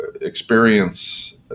experience